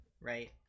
right